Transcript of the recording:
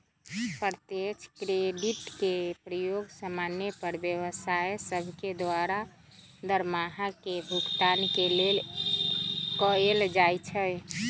प्रत्यक्ष क्रेडिट के प्रयोग समान्य पर व्यवसाय सभके द्वारा दरमाहा के भुगतान के लेल कएल जाइ छइ